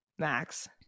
max